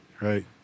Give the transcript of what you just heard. right